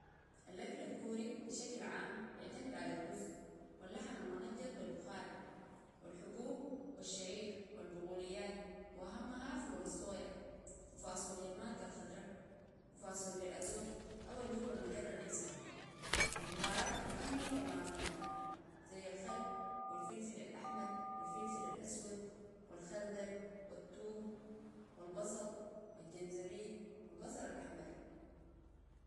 الاكل الكوري بشكل عام بعتمد على الرز واللحم المنجض بالبخار والحبوب والشعير والبغوليات واهمها فول الصويا وفاصوليا المانجا الخضرة وفاصوليا الأزوكي أو اللوب المقرنة اسمها البهارات المخمرة والماء مخمرة زي الخل والفلفل الأحمر والفلفل الأسود والخردل والتوم والبصل والجنزبيل والبصل الأحمر